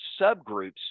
subgroups